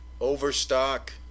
Overstock